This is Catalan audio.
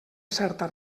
certa